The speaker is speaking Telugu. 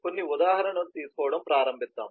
కాబట్టి ఉదాహరణలు తీసుకోవడం ప్రారంభిద్దాం